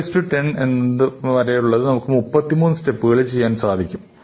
1010 വരെയുള്ളത് നമുക്ക് 33 സ്റ്റെപ്പുകളിൽ ചെയ്യാൻ സാധിക്കും